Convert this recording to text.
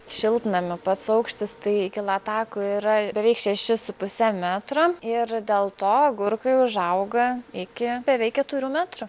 šiltnamio pats aukštis tai iki latakų yra beveik šešis su puse metro ir dėl to agurkai užauga iki beveik keturių metrų